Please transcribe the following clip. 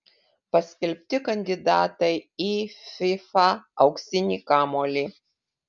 paskelbti kandidatai į fifa auksinį kamuolį